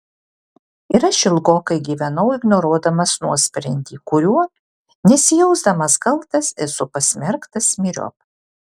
ir aš ilgokai gyvenau ignoruodamas nuosprendį kuriuo nesijausdamas kaltas esu pasmerktas myriop